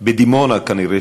בדימונה נראה